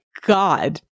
god